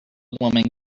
woman